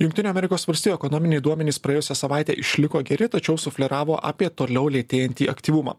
jungtinių amerikos valstijų ekonominiai duomenys praėjusią savaitę išliko geri tačiau sufleravo apie toliau lėtėjantį aktyvumą